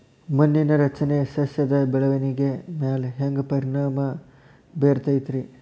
ಮಣ್ಣಿನ ರಚನೆ ಸಸ್ಯದ ಬೆಳವಣಿಗೆ ಮ್ಯಾಲೆ ಹ್ಯಾಂಗ್ ಪರಿಣಾಮ ಬೇರತೈತ್ರಿ?